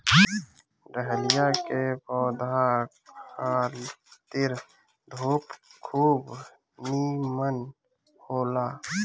dahlia के पौधा खातिर धूप खूब निमन होला